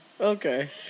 Okay